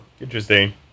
interesting